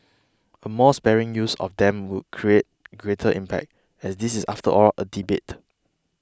a more sparing use of them would create greater impact as this is after all a debate